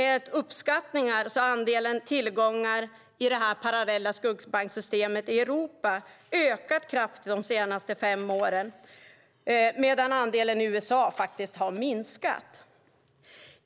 Enligt uppskattningar har andelen tillgångar i det parallella skuggbanksystemet i Europa ökat kraftigt de senaste fem åren medan andelen i USA har minskat.